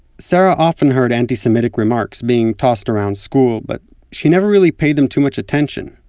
sarah often heard anti-semitic remarks being tossed around school, but she never really paid them too much attention.